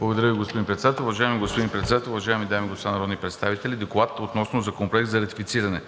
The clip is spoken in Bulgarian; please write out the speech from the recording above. Уважаеми господин Председател, уважаеми дами и господа народни представители! „ДОКЛАД относно Законопроект за ратифициране